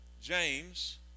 james